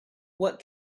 what